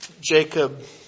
Jacob